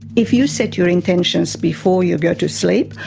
if you set your intentions before you go to sleep,